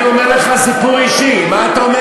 תגיד מי פוצץ את בית-הכנסת.